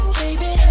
baby